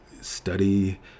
study